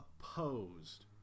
opposed